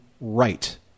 right